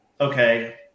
okay